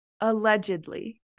allegedly